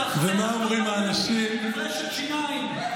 מצחצח את הבית עם מברשת שיניים.